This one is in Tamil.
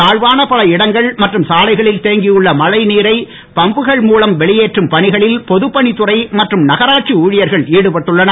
தாழ்வான பல இடங்கள் மற்றும் சாலைகளில் தேங்கியுள்ள மழை நீரை பம்புகள் மூலம் வெளியேற்றும் பணிகளில் பொதுப்பணித்துறை மற்றும் நகராட்சி ஊழியர்கள் ஈடுபட்டுள்ளனர்